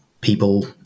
people